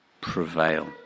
prevail